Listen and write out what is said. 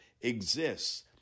exists